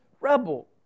rebel